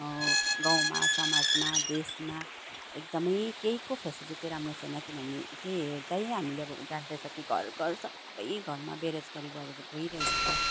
गाउँमा समाजमा देशमा एकदमै केहीको फेसिलिटी राम्रो छैन किनभने त्यो हेर्दै हामीले अब जान्दछ कि घरघर सबै घरमा बेरोजगारी बढेर गइरहेको छ